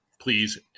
please